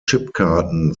chipkarten